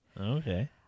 Okay